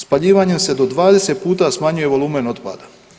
Spaljivanjem se do 20 puta smanjuje volumen otpada.